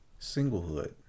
singlehood